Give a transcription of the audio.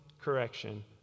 correction